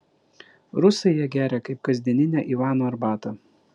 rusai ją geria kaip kasdieninę ivano arbatą